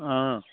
অঁ